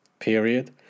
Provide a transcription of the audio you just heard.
Period